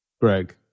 Greg